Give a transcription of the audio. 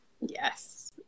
yes